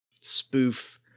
spoof